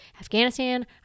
Afghanistan